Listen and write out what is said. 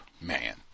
Man